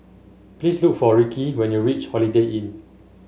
please look for Rickie when you reach Holiday Inn